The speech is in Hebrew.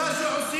במה שעושים